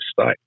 state